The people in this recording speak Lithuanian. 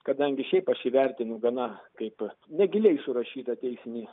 kadangi šiaip aš jį vertinu gana kaip negiliai surašytą teisinį